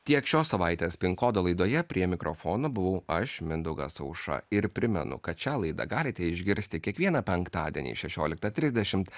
tiek šios savaitės pin kodo laidoje prie mikrofono buvau aš mindaugas aušra ir primenu kad šią laidą galite išgirsti kiekvieną penktadienį šešioliktą trisdešim